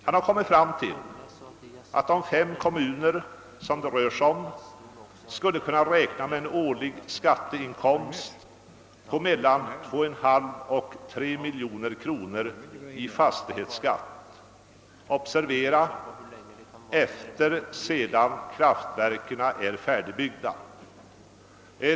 Man har kommit fram till att de fem kommuner, som det rör sig om, skulle kunna räkna med en årlig inkomst på mellan 2,5 och 3 miljoner kronor i fastighetsskatt, observera efter det att kraftverken är färdigbyggda.